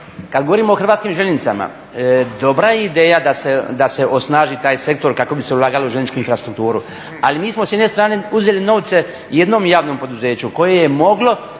Kad govorimo o Hrvatskim željeznicama, dobra je ideja da se osnaži taj sektor kako bi se ulagalo u željezničku infrastrukturu, ali mi smo s jedne strane uzeli novce jednom javnom poduzeću koje je moglo